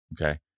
Okay